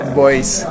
boys